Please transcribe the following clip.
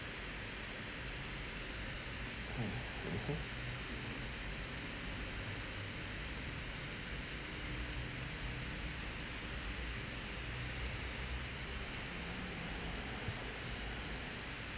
hmm mmhmm